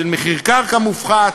של מחיר קרקע מופחת,